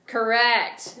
Correct